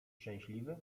szczęśliwy